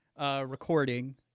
recording